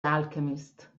alchemist